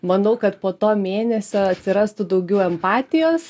manau kad po to mėnesio atsirastų daugiau empatijos